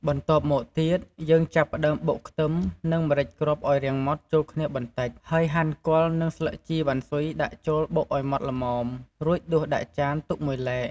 បន្ទាប់មកទៀត យើងចាប់ផ្ដើមបុកខ្ទឹម និង ម្រេចគ្រាប់ឲ្យរាងម៉ដ្ឋចូលគ្នាបន្តិច ហើយហាន់គល់ និងស្លឹកជីវ៉ាន់ស៊ុយដាក់ចូល បុកឲ្យម៉ដ្ឋល្មម រួចដួសដាក់ចានទុកមួយឡែក។